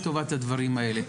לטובת הדברים האלה,